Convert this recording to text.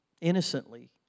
innocently